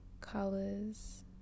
colors